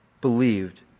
believed